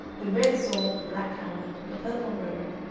the red sword, the black helmet, the purple robe,